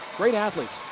great athletes.